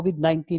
COVID-19